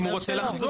אם הוא רוצה לחזור.